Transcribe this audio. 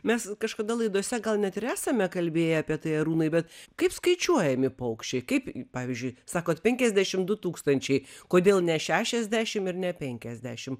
mes kažkada laidose gal net ir esame kalbėję apie tai arūnai bet kaip skaičiuojami paukščiai kaip pavyzdžiui sakot penkiasdešim du tūkstančiai kodėl ne šešiasdešim ir ne penkiasdešim